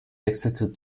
wechselte